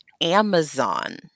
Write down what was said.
Amazon